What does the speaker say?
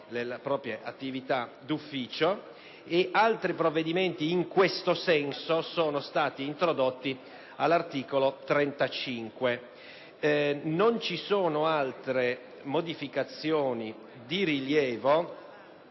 le proprie attività d'ufficio. Altre misure in questo senso sono state introdotte all'articolo 35. Non ci sono altre modificazioni di rilievo,